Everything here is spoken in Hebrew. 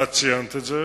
ואת ציינת את זה,